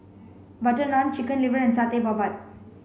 butter naan chicken liver and Satay Babat